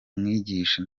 mwigisha